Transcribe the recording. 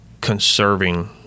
conserving